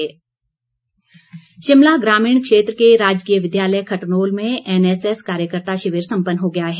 NSS Shimla ग्रामीण क्षेत्र के राजकीय विद्यालय खटनोल में एनएसएस कार्यकर्ता शिविर सम्पन्न हो गया है